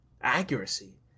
accuracy